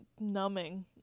numbing